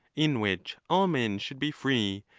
in which all men should be free,